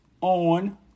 on